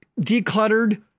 decluttered